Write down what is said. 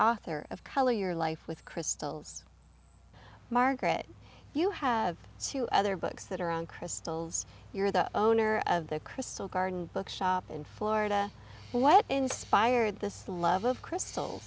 author of color your life with crystals margaret you have two other books that are on crystals you're the owner of the crystal garden bookshop in florida what inspired this love